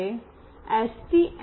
ચાલો આપણે એસ